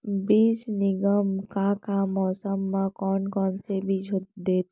बीज निगम का का मौसम मा, कौन कौन से बीज देथे?